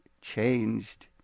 changed